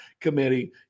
Committee